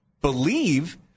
believe